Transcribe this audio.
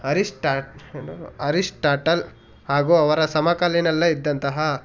ಅರಿಷ್ಟಾಟ್ Aristotle ಹಾಗೂ ಅವರ ಸಮಕಾಲಿನಲ್ಲೇ ಇದ್ದಂತಹ